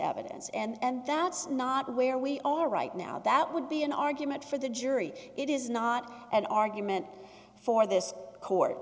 evidence and that's not where we are right now that would be an argument for the jury it is not an argument for this court